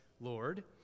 Lord